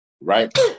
Right